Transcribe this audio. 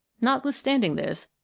notwithstanding this,